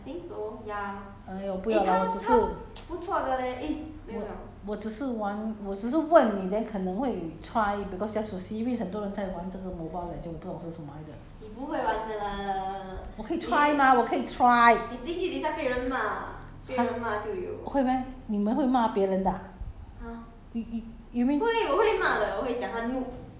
orh okay very professional liao lah 这样 !aiyo! 不要 lah 我只是 我只是玩我只是问你 then 可能会 try because just to see 因为很多人在玩这个 mobile legend 我不懂是什么来的我可以 try mah 我可以 try !huh! 会 meh 你们会骂别人的 ah